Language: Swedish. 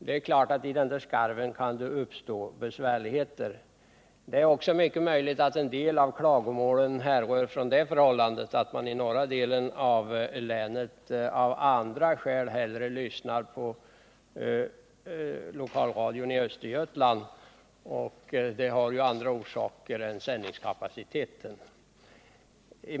Då kan det uppstå besvärligheter i skarven. Det kan också hända att en del av klagomålen härrör från det förhållandet att man i norra delen av länet av andra skäl hellre lyssnar på lokalradion i Östergötland. Det har ju andra orsaker än sändningskapaciteten.